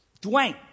Dwayne